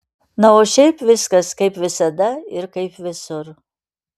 na o šiaip viskas kaip visada ir kaip visur